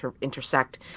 intersect